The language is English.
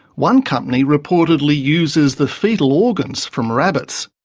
one company reportedly uses the foetal organs from rabbits.